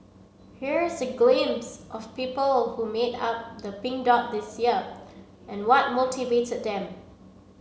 here is a glimpse of people who made up the Pink Dot this year and what motivated them